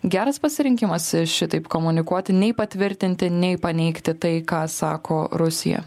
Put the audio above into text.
geras pasirinkimas šitaip komunikuoti nei patvirtinti nei paneigti tai ką sako rusija